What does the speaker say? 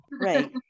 right